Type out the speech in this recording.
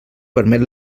permet